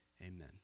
amen